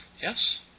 Yes